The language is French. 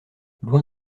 loin